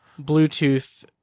Bluetooth